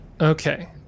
Okay